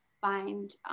find